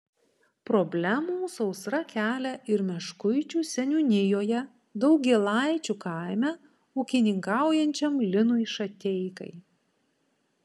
problemų sausra kelia ir meškuičių seniūnijoje daugėlaičių kaime ūkininkaujančiam linui šateikai